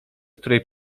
której